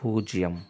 பூஜ்ஜியம்